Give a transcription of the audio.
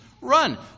Run